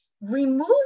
remove